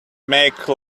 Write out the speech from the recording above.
make